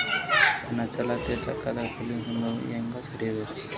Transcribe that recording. ನನ್ನ ಚಾಲತಿ ಖಾತಾಕ ಫಲಾನುಭವಿಗ ಹೆಂಗ್ ಸೇರಸಬೇಕು?